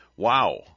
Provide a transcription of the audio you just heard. Wow